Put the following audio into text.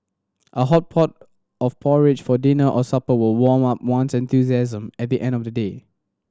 a hot pot of porridge for dinner or supper will warm up one's enthusiasm at the end of a day